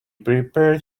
prepared